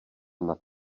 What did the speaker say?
nad